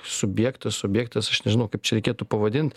subjektas objektas aš nežinau kaip čia reikėtų pavadint